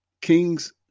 King's